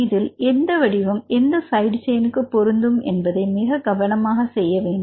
இதில் எந்த வடிவம் எந்த சைடு செயினுக்கு பொருந்தும் என்பதை மிக கவனமாக செய்ய வேண்டும்